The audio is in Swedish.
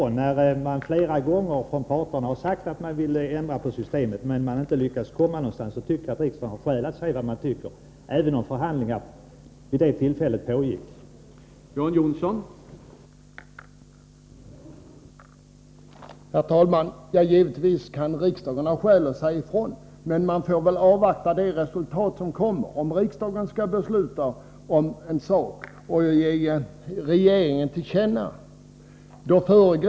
Herr talman! Jag tycker att det finns skäl för riksdagen att säga ifrån, när man flera gånger från parterna har sagt att man vill ändra på systemet men inte lyckats komma någonstans. Även om förhandlingar pågick skulle det finnas skäl för riksdagen att ge sin mening till känna.